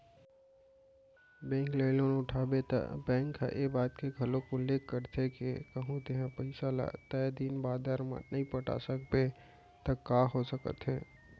bank ले loan उठाबे त बेंक ह ए बात के घलोक उल्लेख करथे के कहूँ तेंहा पइसा ल तय दिन बादर म नइ पटा सकबे त का हो सकत हे